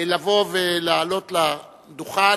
לבוא ולעלות לדוכן,